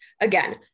Again